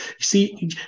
See